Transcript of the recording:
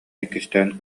иккистээн